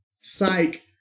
psych